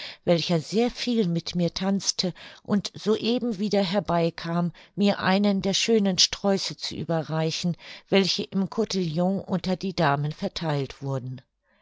welcher sehr viel mit mir tanzte und soeben wieder herbei kam mir einen der schönen sträuße zu überreichen welche im cotillon unter die damen vertheilt wurden